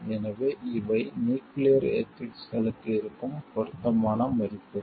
எனவே இவை நியூக்கிளியர் எதிக்ஸ்களுக்கு இருக்கும் பொருத்தமான மதிப்புகள்